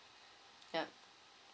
yup